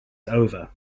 over